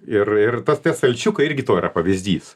ir ir tas tie stalčiukai irgi to yra pavyzdys